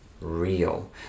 real